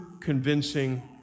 convincing